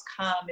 come